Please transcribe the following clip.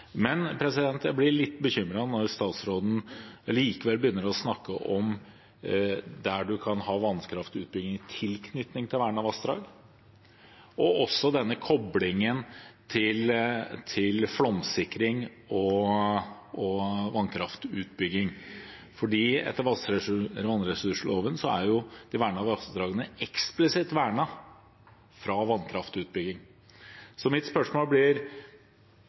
Jeg blir litt bekymret når statsråden likevel begynner å snakke om der man kan ha vannkraftutbygging i tilknytning til vernede vassdrag, og også denne koblingen til flomsikring og vannkraftutbygging, for etter vannressursloven er de vernede vassdragene eksplisitt vernet fra vannkraftutbygging. Mitt spørsmål blir: